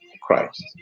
Christ